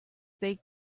they